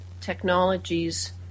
technologies